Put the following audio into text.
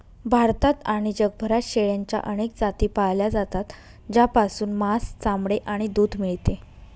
भारतात आणि जगभरात शेळ्यांच्या अनेक जाती पाळल्या जातात, ज्यापासून मांस, चामडे आणि दूध मिळते